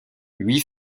huit